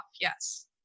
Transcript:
Yes